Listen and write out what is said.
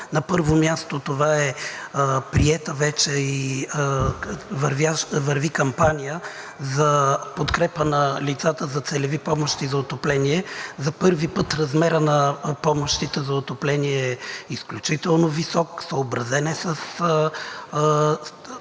На първо място, това е приетата вече и върви кампания за подкрепа на лицата за целеви помощи за отопление. За първи път размерът на помощите за отопление е изключително висок, съобразен е с